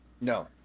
No